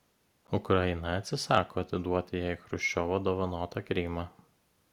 ukraina atsisako atiduoti jai chruščiovo dovanotą krymą